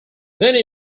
many